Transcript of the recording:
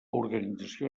organització